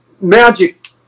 magic